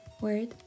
word